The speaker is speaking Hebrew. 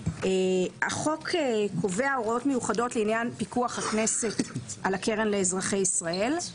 החוק קובע הוראות מיוחדות לעניין פיקוח הכנסת על הקרן לאזרחי ישראל.